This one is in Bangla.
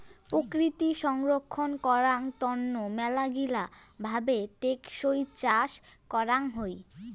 প্রকৃতি সংরক্ষণ করাং তন্ন মেলাগিলা ভাবে টেকসই চাষ করাং হই